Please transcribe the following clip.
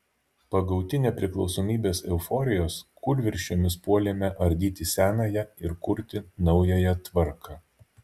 pagauti nepriklausomybės euforijos kūlvirsčiomis puolėme ardyti senąją ir kurti naująją tvarką